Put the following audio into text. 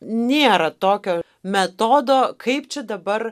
nėra tokio metodo kaip čia dabar